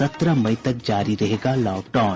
सत्रह मई तक जारी रहेगा लॉकडाउन